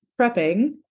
prepping